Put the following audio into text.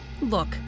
Look